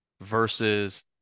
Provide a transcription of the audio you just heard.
versus